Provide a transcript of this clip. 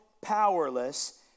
powerless